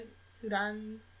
sudan